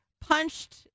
punched